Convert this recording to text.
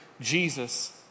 Jesus